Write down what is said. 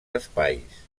espais